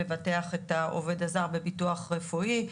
לבטח את העובד הזר בביטוח רפואי.